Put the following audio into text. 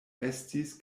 estis